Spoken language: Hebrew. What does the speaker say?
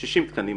60 תקנים.